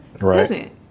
right